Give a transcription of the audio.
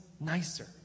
nicer